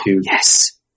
Yes